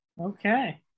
Okay